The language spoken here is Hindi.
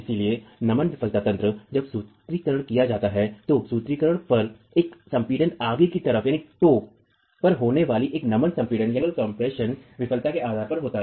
इसलिए नमन विफलता तंत्र जब सूत्रीकरण किया जाता है तो सूत्रीकरण एक संपीड़ित आगे कि तरफ पर होने वाली एक नमन संपीड़न विफलता के आधार पर होता है